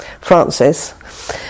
Francis